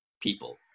people